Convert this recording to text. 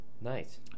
Nice